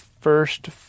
first